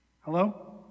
Hello